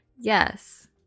Yes